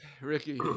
Ricky